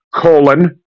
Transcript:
colon